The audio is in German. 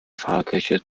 pfarrkirche